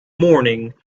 morning